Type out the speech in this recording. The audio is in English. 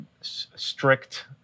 strict